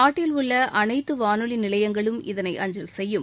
நாட்டில் உள்ள அனைத்து வானொலி நிலையங்களும் இதனை அஞ்சல் செய்யும்